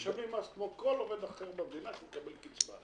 משלמים מס כמו כל עובד אחר במדינה שמקבל קצבה.